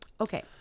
Okay